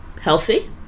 healthy